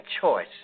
choice